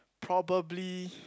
probably